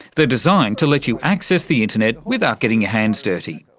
they're designed to let you access the internet without getting your hands dirty.